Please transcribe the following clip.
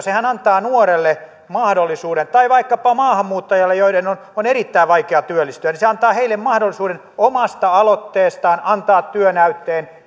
sehän antaa nuorelle tai vaikkapa maahanmuuttajalle jonka on erittäin vaikea työllistyä mahdollisuuden omasta aloitteestaan antaa työnäytteen